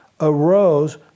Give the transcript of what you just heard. arose